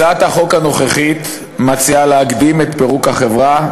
הצעת החוק הנוכחית מציעה להקדים את פירוק החברה,